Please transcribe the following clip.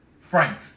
Frank